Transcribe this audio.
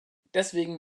deswegen